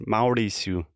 Maurício